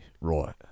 Right